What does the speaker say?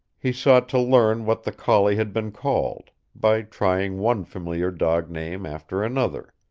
he sought to learn what the collie had been called by trying one familiar dog name after another.